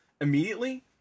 immediately